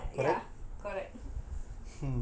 ya correct